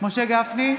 משה גפני,